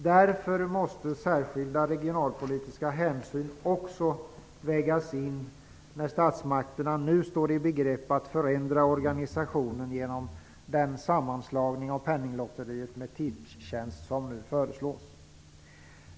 Därför måste särskilda regionalpolitiska hänsyn också vägas in när statsmakterna nu står i begrepp att förändra organisationen genom den sammanslagning av Penninglotteriet och Tipstjänst som nu föreslås.